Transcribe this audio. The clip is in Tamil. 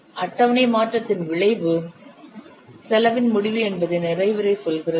அட்டவணை மாற்றத்தின் விளைவு செலவின் முடிவு என்பதை நிறைவுரை சொல்கிறது